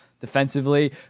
defensively